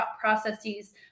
processes